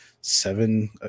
seven